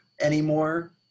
anymore